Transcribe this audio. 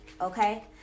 okay